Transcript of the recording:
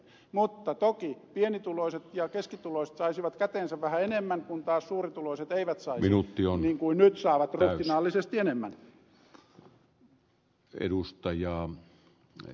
mutta toki pienituloiset ja keskituloiset saisivat käteensä vähän enemmän kun taas suurituloiset eivät saisi niin kuin nyt saavat ruhtinaallisesti enemmän